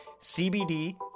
CBD